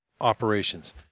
operations